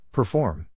Perform